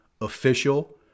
official